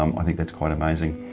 um i think that's quite amazing.